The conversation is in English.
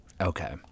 Okay